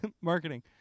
marketing